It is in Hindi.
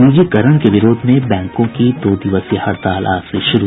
निजीकरण के विरोध में बैंकों की दो दिवसीय हड़ताल आज से शुरू